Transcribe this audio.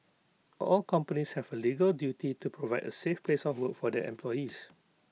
all companies have A legal duty to provide A safe place of work for their employees